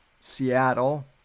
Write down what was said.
Seattle